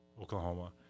Oklahoma